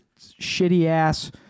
shitty-ass